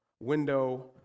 window